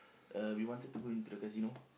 uh we wanted to go into the casino